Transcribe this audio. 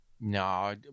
No